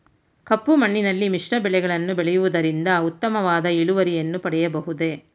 ಕಪ್ಪು ಮಣ್ಣಿನಲ್ಲಿ ಮಿಶ್ರ ಬೆಳೆಗಳನ್ನು ಬೆಳೆಯುವುದರಿಂದ ಉತ್ತಮವಾದ ಇಳುವರಿಯನ್ನು ಪಡೆಯಬಹುದೇ?